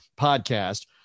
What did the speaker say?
podcast